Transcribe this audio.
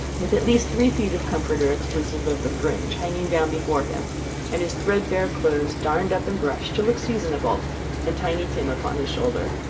with at least three feet of comforter exclusive of the fringe, hanging down before him and his threadbare clothes darned up and brushed, to look seasonable and tiny tim upon his shoulder.